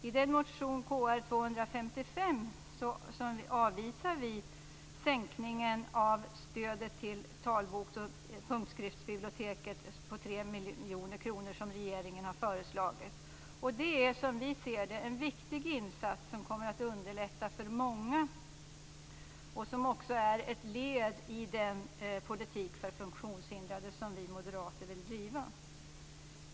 I vår motion Kr255 avvisar vi den sänkningen av stödet till Talboks och punktskriftsbiblioteket på 3 miljoner kronor som regeringen har föreslagit. Som vi ser det är det en viktig insats som kommer att underlätta för många och som också är ett led i den politik för funktionshindrade som vi moderater vill driva.